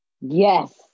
yes